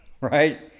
right